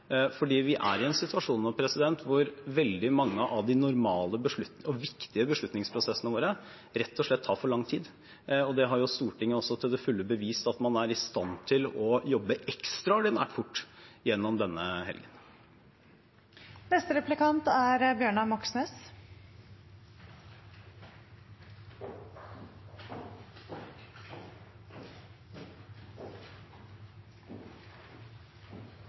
vi er i en situasjon nå hvor veldig mange av de normale og viktige beslutningsprosessene våre rett og slett tar for lang tid. Stortinget har også til fulle bevist gjennom denne helgen at man er i stand til å jobbe ekstraordinært fort.